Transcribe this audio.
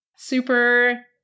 Super